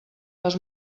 les